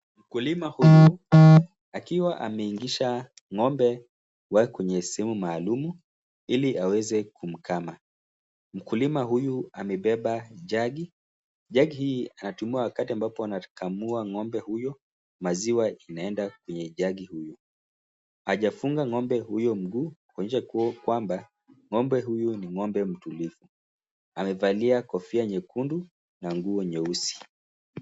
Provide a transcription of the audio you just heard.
Mkulima huyu akiwa ameingisha ng'ombe kwenye sehemu maalumu ili aweze kumkama. Mkulima huyu amebeba jagi. Jagi hii inatumiwa wakati ambapo anakamua ng'ombe huyo, maziwa inaenda kwenye jagi hii. Hajafunga ng'ombe huyo mguu kuonyesha kwamba ng'ombe huyu ni ng'ombe mtulivu. Amevalia kofia nyekundu na nguo nyeusi.